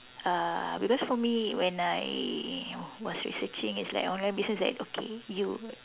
uh because for me when I was researching it's like online business like okay you